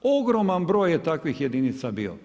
Ogroman broj je takvih jedinica bio.